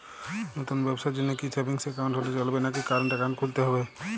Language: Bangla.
নতুন ব্যবসার জন্যে কি সেভিংস একাউন্ট হলে চলবে নাকি কারেন্ট একাউন্ট খুলতে হবে?